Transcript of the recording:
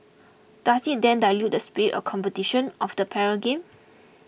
does it then dilute the spirit of competition of the para games